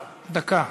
דקה.